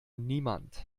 niemand